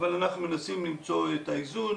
אבל אנחנו מנסים למצוא את האיזון.